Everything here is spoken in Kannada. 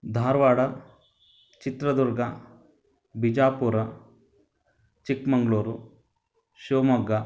ಧಾರವಾಡ ಚಿತ್ರದುರ್ಗ ಬಿಜಾಪುರ ಚಿಕ್ಕಮಂಗ್ಳೂರು ಶಿವಮೊಗ್ಗ